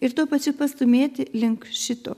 ir tuo pačiu pastūmėti link šito